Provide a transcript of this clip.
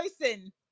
person